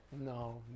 no